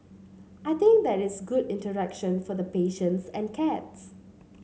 I think that it's good interaction for the patients and cats